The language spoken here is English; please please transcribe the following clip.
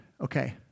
Okay